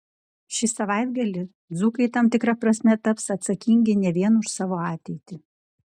šį savaitgalį dzūkai tam tikra prasme taps atsakingi ne vien už savo ateitį